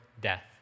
death